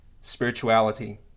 spirituality